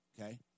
okay